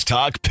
Talk